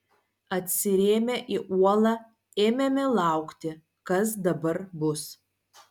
atsirėmę į uolą ėmėme laukti kas dabar bus